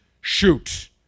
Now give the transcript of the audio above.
shoot